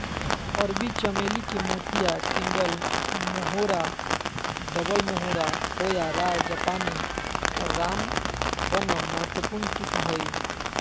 अरबी चमेली के मोतिया, सिंगल मोहोरा, डबल मोहोरा, खोया, राय जापानी, रामबनम महत्वपूर्ण किस्म हइ